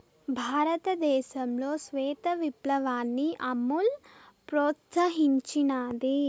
భారతదేశంలో శ్వేత విప్లవాన్ని అమూల్ ప్రోత్సహించినాది